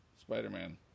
Spider-Man